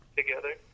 together